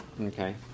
Okay